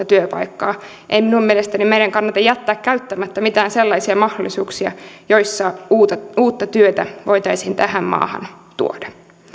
työpaikkaa ei minun mielestäni meidän kannata jättää käyttämättä mitään sellaisia mahdollisuuksia joissa uutta uutta työtä voitaisiin tähän maahan tuoda